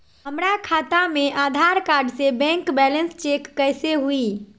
हमरा खाता में आधार कार्ड से बैंक बैलेंस चेक कैसे हुई?